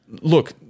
Look